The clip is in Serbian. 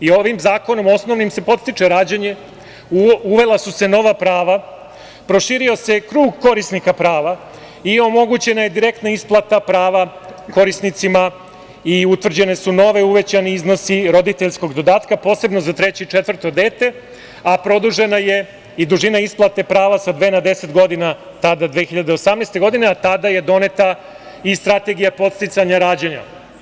Ovim osnovnim zakonom se podstiče rađanje, uvela su se nova prava, proširio se krug korisnika prava i omogućena direktna isplata prava korisnicima i utvrđene su novi uvećani iznosi roditeljskog dodatka, posebno za treće i četvrto dete, a produžena je i dužina isplate prava sa dve na 10 godina tada, 2018. godine, a tada je donete i Strategija podsticanja rađanja.